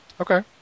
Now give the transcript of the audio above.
Okay